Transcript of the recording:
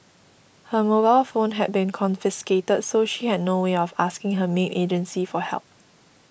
her mobile phone had been confiscated so she had no way of asking her maid agency for help